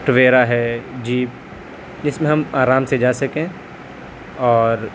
Tavera ہے jeep جس میں ہم آرام سے جا سکیں اور